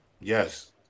Yes